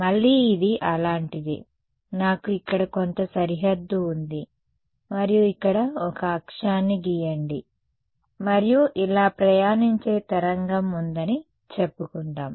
మళ్ళీ ఇది అలాంటిదే నాకు ఇక్కడ కొంత సరిహద్దు ఉంది మరియు ఇక్కడ ఒక అక్షాన్ని గీయండి మరియు ఇలా ప్రయాణించే తరంగం ఉందని చెప్పుకుందాం